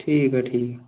ठीक ऐ ठीक